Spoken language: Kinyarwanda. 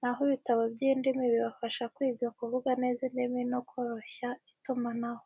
na ho ibitabo by’indimi bibafasha kwiga kuvuga neza indimi no koroshya itumanaho.